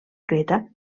creta